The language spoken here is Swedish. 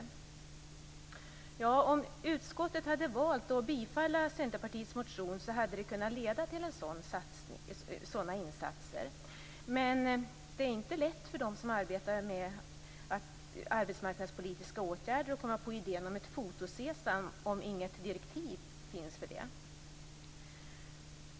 Om utskottet hade valt att tillstyrka Centerpartiets motion skulle det ha kunnat leda till sådana insatser. Det är inte lätt för dem som arbetar med arbetsmarknadspolitiska åtgärder att komma på idén om ett Foto Sesam om det inte finns något direktiv för det.